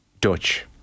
Dutch